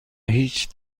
هیچ